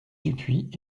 dupuis